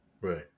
Right